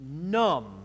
numb